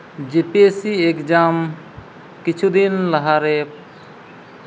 ᱡᱮ P S C exam ᱠᱤᱪᱷᱩ ᱫᱤᱱ ᱞᱟᱦᱟᱨᱮ